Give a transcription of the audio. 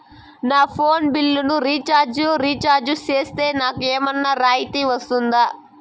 నా ఫోను బిల్లును recharge recharge సేస్తే, నాకు ఏమన్నా రాయితీ వస్తుందా?